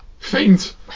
Faint